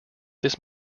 this